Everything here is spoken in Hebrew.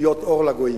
להיות אור לגויים,